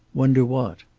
wonder what?